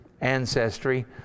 ancestry